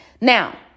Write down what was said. Now